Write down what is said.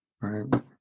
Right